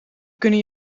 kunnen